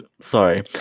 Sorry